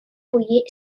bullir